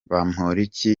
bamporiki